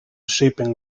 shaping